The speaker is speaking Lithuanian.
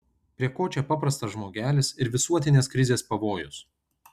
prie ko čia paprastas žmogelis ir visuotinės krizės pavojus